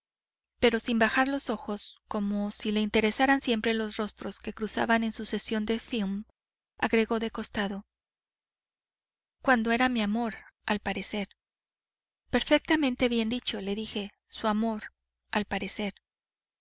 pero sin bajar los ojos como si le interesaran siempre los rostros que cruzaban en sucesión de film agregó de costado cuando era mi amor al parecer perfectamente bien dicho le dije su amor al parecer